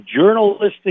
journalistic